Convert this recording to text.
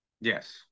Yes